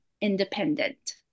independent